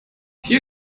hier